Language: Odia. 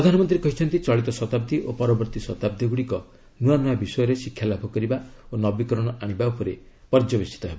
ପ୍ରଧାନମନ୍ତ୍ରୀ କହିଛନ୍ତି ଚଳିତ ଶତାବ୍ଦୀ ଓ ପରବର୍ତ୍ତୀ ଶତାବ୍ଦୀଗୁଡ଼ିକ ନୂଆନୂଆ ବିଷୟରେ ଶିକ୍ଷାଲାଭ କରିବା ଓ ନବୀକରଣ ଆଣିବା ଉପରେ ପର୍ଯ୍ୟବେସିତ ହେବ